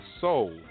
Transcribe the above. soul